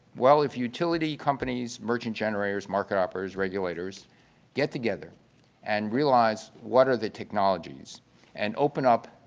well, if utility companies, merchant generators, market operators, regulators get together and realize what are the technologies and open up